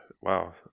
wow